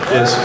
Yes